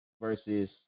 versus